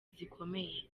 zikomeye